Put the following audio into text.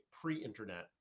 pre-internet